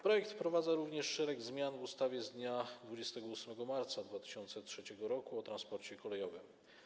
Projekt wprowadza również szereg zmian w ustawie z dnia 28 marca 2003 r. o transporcie kolejowym.